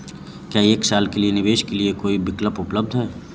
क्या एक साल के निवेश के लिए कोई विकल्प उपलब्ध है?